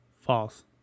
false